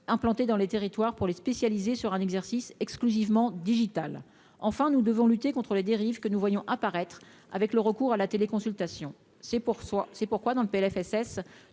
implantées dans les territoires pour les spécialiser sur un exercice exclusivement digitale, enfin, nous devons lutter contre les dérives que nous voyons apparaître avec le recours à la télé, consultation c'est pour soi,